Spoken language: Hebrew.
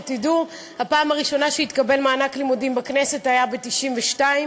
שתדעו: בפעם הראשונה התקבל מענק לימודים בכנסת ב-1992,